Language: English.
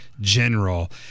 general